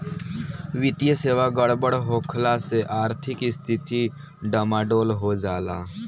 वित्तीय सेवा गड़बड़ होखला से आर्थिक स्थिती डमाडोल हो जाला